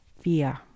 fear